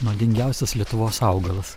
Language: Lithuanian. nuodingiausias lietuvos augalas